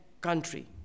country